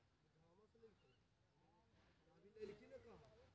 हमरा घर बनावे खातिर लोन के लिए कोन कौन कागज जमा करे परते?